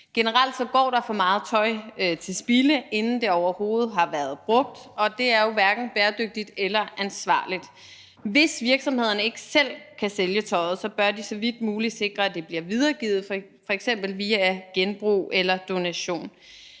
Generelt går alt for meget tøj til spilde, inden det overhovedet har været brugt, og det er jo hverken bæredygtigt eller ansvarligt. Hvis virksomhederne ikke selv kan sælge tøjet, bør de så vidt muligt sikre, at det bliver videregivet, f.eks. via genbrug eller donation.